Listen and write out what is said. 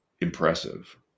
impressive